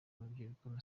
urubyiruko